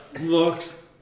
looks